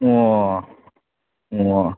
ꯑꯣ ꯑꯣ